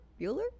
Bueller